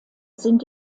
sind